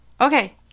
Okay